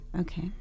Okay